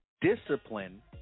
discipline